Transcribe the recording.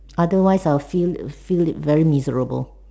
otherwise I will feel feel it very miserable